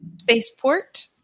spaceport